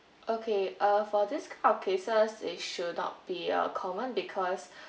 okay err for this fraud cases it should not be uh common because